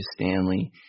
Stanley